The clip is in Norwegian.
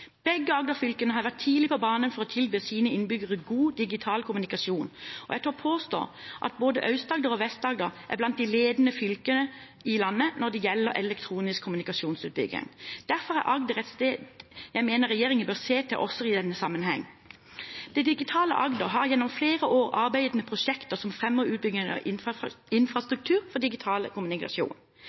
Begge Agder-fylkene har vært tidlig på banen for å tilby sine innbyggere god digital kommunikasjon. Jeg tør påstå at både Aust-Agder og Vest-Agder er blant de ledende fylkene i landet når det gjelder elektronisk kommunikasjonsutbygging. Derfor er Agder et sted jeg mener regjeringen bør se til også i denne sammenheng. Det digitale Agder har gjennom flere år arbeidet med prosjekter som fremmer utbygging av infrastruktur for digital kommunikasjon.